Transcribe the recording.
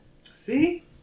See